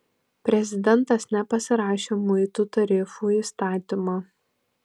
prezidentas nepasirašė muitų tarifų įstatymo